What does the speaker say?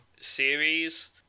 series